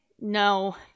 no